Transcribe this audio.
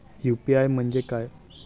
UPI म्हणजे काय?